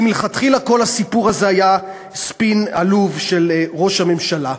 כי מלכתחילה כל הסיפור הזה היה ספין עלוב של ראש הממשלה.